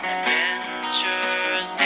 Adventures